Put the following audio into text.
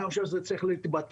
אני חושב שזה צריך להתבטל,